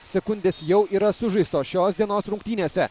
sekundės jau yra sužaistos šios dienos rungtynėse